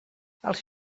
els